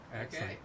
Excellent